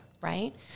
right